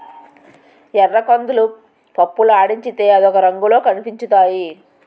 ఎర్రకందులు పప్పులాడించితే అదొక రంగులో కనిపించుతాయి